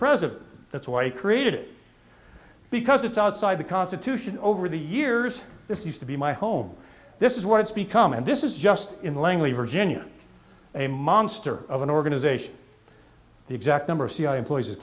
president that's why he created it because it's outside the constitution over the years this used to be my home this is what it's become and this is just in langley virginia a monster of an organization